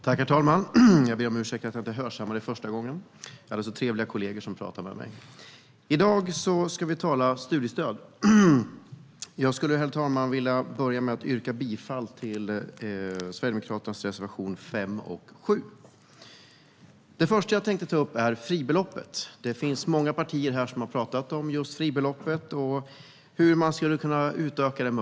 Herr talman! I dag ska vi tala studiestöd. Jag skulle vilja börja med att yrka bifall till Sverigedemokraternas reservationer 5 och 7. Det första jag ska ta upp är fribeloppet. Det är många partier här som har pratat om just fribeloppet och hur man möjligtvis skulle kunna utöka det.